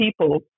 people